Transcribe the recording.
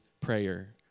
prayer